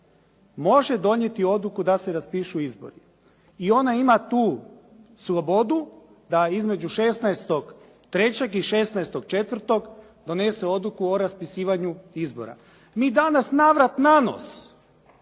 može donijeti odluku da se raspišu izbori i ona ima tu slobodu da između 16.3. i 16.4. donese odluku o raspisivanju izbora. Mi danas navrat-nanos